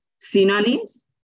synonyms